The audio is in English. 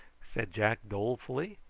said jack dolefully.